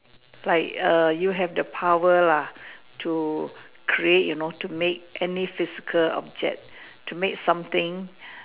like err you have the power lah to create you know to make any physical object to make something